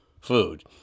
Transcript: food